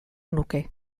nuke